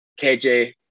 KJ